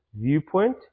viewpoint